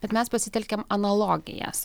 bet mes pasitelkėm analogijas